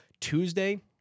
Tuesday